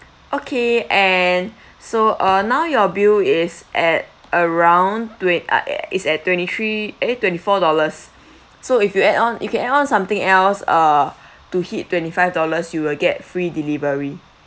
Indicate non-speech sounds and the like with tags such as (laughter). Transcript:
okay and (breath) so uh now your bill is at around twen~ uh err is at twenty three eh twenty four dollars (breath) so if you add on you can on something else uh (breath) to hit twenty five dollars you will get free delivery